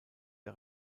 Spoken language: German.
der